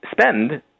spend